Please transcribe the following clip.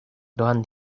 doan